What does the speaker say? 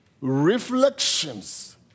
reflections